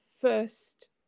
first